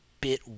bit